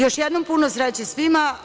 Još jednom, puno sreće svima.